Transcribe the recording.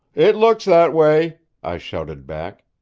it looks that way, i shouted back.